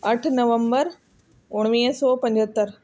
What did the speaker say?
अठ नवंबर उणिवीह सौ पंजहतरि